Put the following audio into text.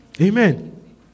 Amen